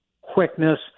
quickness